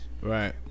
Right